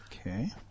Okay